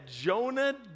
Jonah